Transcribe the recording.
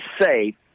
safe